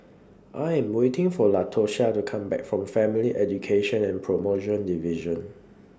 I Am waiting For Latosha to Come Back from Family Education and promotion Division